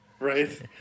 Right